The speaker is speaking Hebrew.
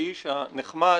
האיש הנחמד